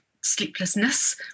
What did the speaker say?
sleeplessness